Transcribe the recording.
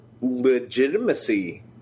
legitimacy